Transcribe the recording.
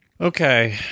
Okay